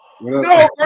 No